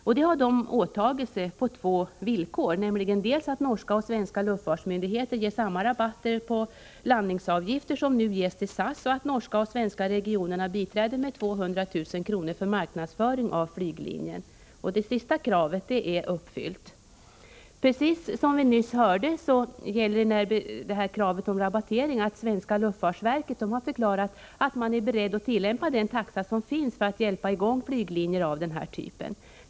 Detta har Norwing åtagit sig på två villkor, nämligen dels att norska och svenska luftfartsmyndigheter ger samma rabatter på landningsavgifter som nu lämnas till SAS, dels att norska och svenska regionerna biträder med 200 000 kr. för marknadsföring av flyglinjen. Det sistnämnda av dessa villkor är uppfyllt. Som vi nyss hörde har det svenska luftfartsverket för att hjälpa i gång flyglinjer av den här typen förklarat att man är beredd att tillämpa en taxa som ligger i nivå med vad Norwing tidigare betalade.